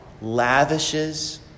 lavishes